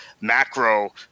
macro